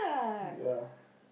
ya